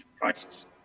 prices